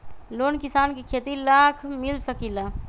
Loan किसान के खेती लाख मिल सकील?